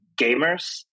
gamers